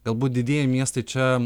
galbūt didieji miestai čia